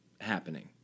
happening